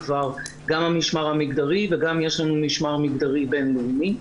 גם המשמר המגדרי וגם יש לנו משמר מגדרי בינלאומי,